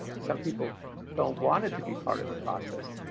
some people don't want it to be part of the process.